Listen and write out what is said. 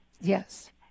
Yes